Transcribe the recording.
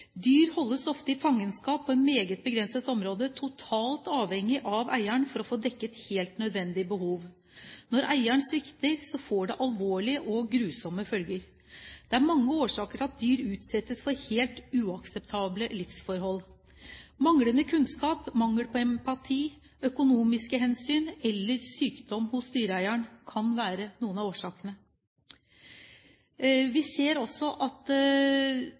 Dyr holdes ofte i fangenskap på et meget begrenset område, totalt avhengig av eieren for å få dekket helt nødvendige behov. Når eieren svikter, får det alvorlige og grusomme følger. Det er mange årsaker til at dyr utsettes for helt uakseptable livsforhold. Manglende kunnskap, mangel på empati, økonomiske hensyn eller sykdom hos dyreeieren kan være noen av årsakene. Vi ser også at